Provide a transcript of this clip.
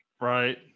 Right